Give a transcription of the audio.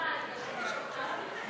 גברתי היושבת-ראש,